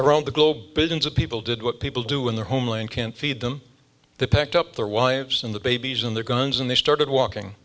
around the globe billions of people did what people do in their homeland can't feed them the picked up their wives and the babies and their guns and they started walking